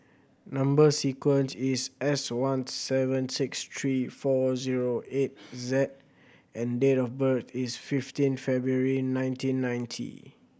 number sequence is S one seven six three four zero eight Z and date of birth is fifteen February nineteen ninety